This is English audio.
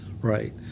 Right